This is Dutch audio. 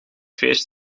feest